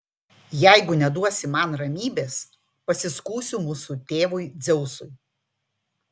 jeigu neduosi man ramybės pasiskųsiu mūsų tėvui dzeusui